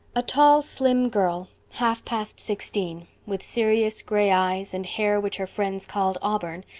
a tall, slim girl, half-past sixteen, with serious gray eyes and hair which her friends called auburn,